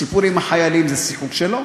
הסיפור עם החיילים זה סיפור שלו.